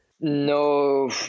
No